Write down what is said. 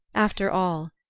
after all,